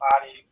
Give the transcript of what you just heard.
Body